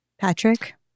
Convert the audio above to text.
Patrick